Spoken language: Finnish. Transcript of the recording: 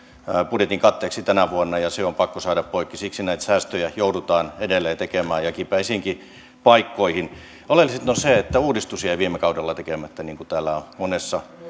budjetin katteeksi tänä vuonna ja se on pakko saada poikki siksi näitä säästöjä joudutaan edelleen tekemään ja ja kipeisiinkin paikkoihin oleellisinta on se että uudistus jäi viime kaudella tekemättä niin kuin täällä on monessa